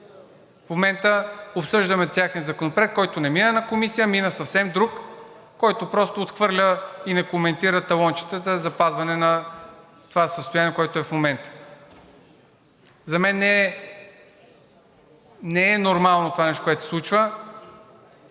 В момента обсъждаме техния Законопроект, който не мина в Комисията, мина съвсем друг, който просто отхвърля и не коментира талончетата, а запазване на това състояние, което е в момента. За мен не е нормално това нещо, което се случва.